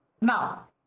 Now